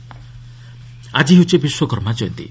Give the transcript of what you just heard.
ବିଶ୍ୱକର୍ମା ଜୟନ୍ତୀ ଆଜି ହେଉଛି ବିଶ୍ୱକର୍ମା ଜୟନ୍ତୀ